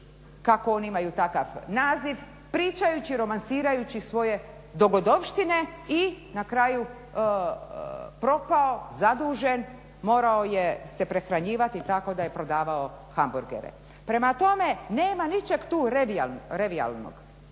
kako oni imaju takav naziv, pričajući, romansirajući svoj dogodovštine i na kraju propao, zadužen, morao se prehranjivati tako da je prodavao hamburgere. Prema tome, nema ničeg tu revijalnog.